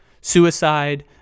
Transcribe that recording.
suicide